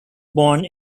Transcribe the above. born